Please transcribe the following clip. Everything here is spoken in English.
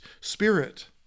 spirit